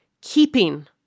Keeping